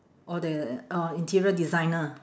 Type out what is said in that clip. or the or interior designer